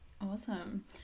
Awesome